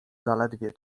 zaledwie